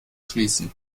schließen